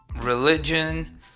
religion